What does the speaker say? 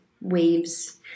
waves